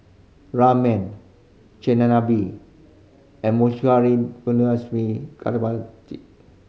Ramen Chigenabe and